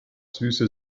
süße